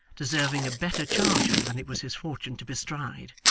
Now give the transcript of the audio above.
deserving a better charger than it was his fortune to bestride.